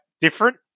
different